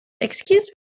Excuse